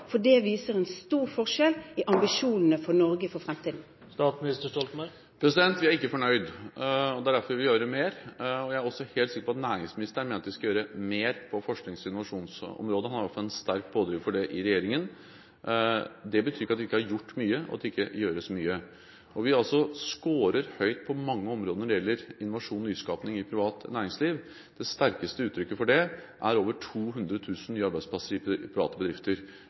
Det viser en stor forskjell i ambisjonene for Norge for fremtiden. Vi er ikke fornøyd, og det er derfor vi vil gjøre mer. Jeg er også helt sikker på at næringsministeren mener at vi skal gjøre mer på forsknings- og innovasjonsområdet – han har vært en sterk pådriver for det i regjeringen. Det betyr ikke at vi ikke har gjort mye, og at det ikke gjøres mye. Vi scorer altså høyt på mange områder når det gjelder innovasjon og nyskaping i privat næringsliv. Det sterkeste uttrykket for det er over 200 000 nye arbeidsplasser i private bedrifter,